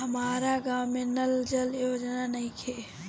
हमारा गाँव मे नल जल योजना नइखे?